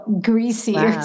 greasy